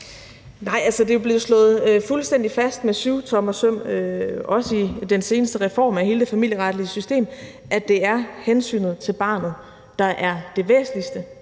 Nej, altså, det er jo blevet slået fuldstændig fast med syvtommersøm, også i den seneste reform af hele det familieretlige system, at det er hensynet til barnet, der er det væsentligste,